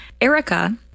Erica